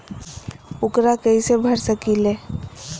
ऊकरा कैसे भर सकीले?